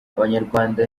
abanyarwanda